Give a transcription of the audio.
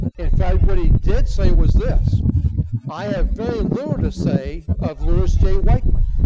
in fact what he did say was this i have very little to say of louis j. weichmann.